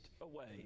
away